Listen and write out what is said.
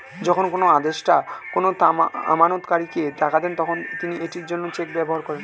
যখন কোনো আদেষ্টা কোনো আমানতকারীকে টাকা দেন, তখন তিনি এটির জন্য চেক ব্যবহার করেন